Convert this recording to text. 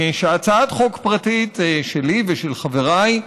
שהצעת חוק פרטית שלי ושל חבריי,